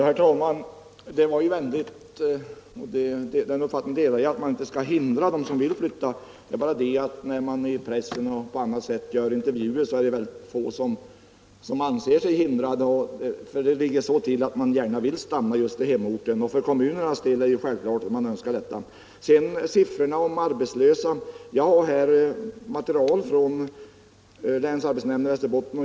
Herr talman! Det var vänligt att man inte skall hindra dem som vill flytta — och jag delar uppfattningen att man inte skall göra det. Vid intervjuer i pressen framstår det som om få anser sig hindrade, utan det ligger till så att de gärna vill stanna just i hemorten — och det är självklart att kommunerna önskar att de skall göra det. Siffrorna om arbetslösa har jag fått från länsarbetsnämnden i Västerbotten.